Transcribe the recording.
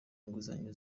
inguzanyo